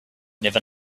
never